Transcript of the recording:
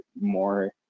more